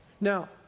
Now